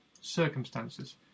circumstances